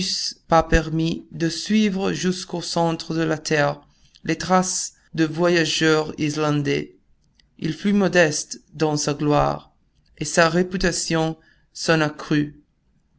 pas permis de suivre jusqu'au centre de la terre les traces du voyageur islandais il fut modeste dans sa gloire et sa réputation s'en accrut